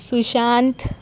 Sushant